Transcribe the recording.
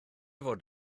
fod